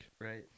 Right